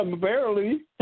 Barely